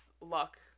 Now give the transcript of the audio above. luck